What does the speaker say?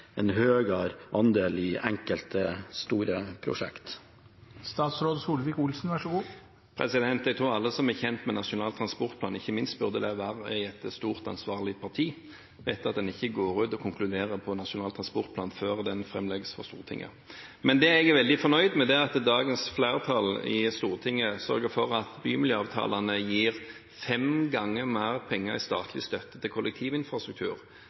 en høyere andel i enkelte store prosjekter? Jeg tror alle som er kjent med Nasjonal transportplan – og ikke minst burde være det i et stort, ansvarlig parti – vet at en ikke går ut og konkluderer på Nasjonal transportplan før den framlegges for Stortinget. Men det jeg er veldig fornøyd med, er at dagens flertall i Stortinget sørger for at bymiljøavtalene gir fem ganger mer penger i statlig støtte til kollektivinfrastruktur